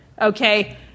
okay